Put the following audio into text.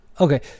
Okay